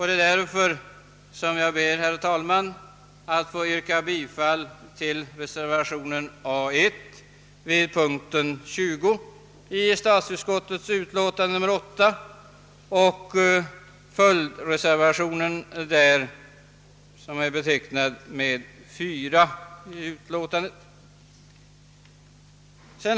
Det är därför som jag, herr talman, ber att få yrka bifall till reservationen A 1 och följdreservationen A 4a.